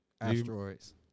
Asteroids